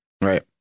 Right